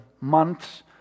months